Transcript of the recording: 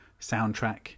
soundtrack